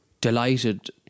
delighted